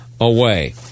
away